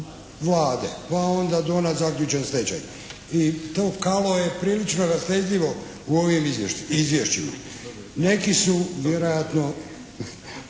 Vlade, pa onda "Donat" zaključen stečaj i to kalo je prilično rastezljivo u ovim izvješćima. Neki su u svakom